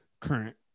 current